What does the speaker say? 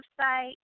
website